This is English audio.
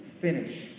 finish